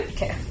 Okay